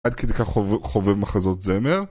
עד כדי כך חובב מחזות זמר